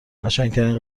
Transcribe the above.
قشنگترین